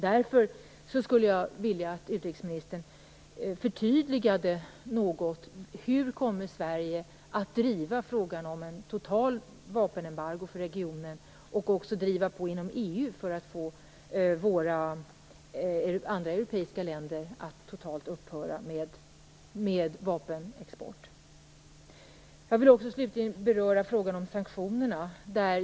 Därför skulle jag vilja att utrikesministern något förtydligade hur Sverige kommer att driva frågan om ett totalt vapenembargo för regionen och även driva på inom EU för att få de andra europeiska länderna att totalt upphöra med vapenexport. Slutligen vill jag också beröra frågan om sanktionerna.